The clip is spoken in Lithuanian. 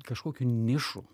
kažkokių nišų